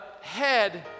head